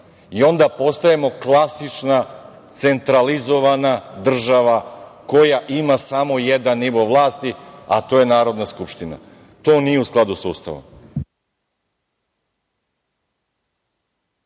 Onda postajemo klasična centralizovana država koja ima samo jedan nivo vlasti, a to je Narodna skupština. To nije u skladu sa Ustavom.